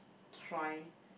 try